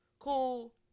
cool